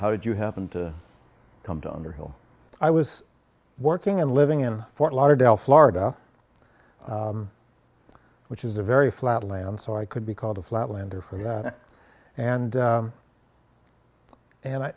how did you happen to come to underhill i was working and living in fort lauderdale florida which is a very flat land so i could be called a flatlander for that and and i